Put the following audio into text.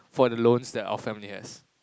for the loans that our family has